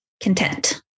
content